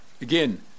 again